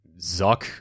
Zuck